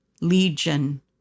Legion